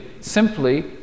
simply